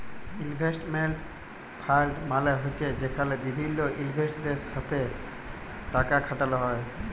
investment fund মালে হছে যেখালে বিভিল্ল ইলভেস্টরদের সাথে টাকা খাটালো হ্যয়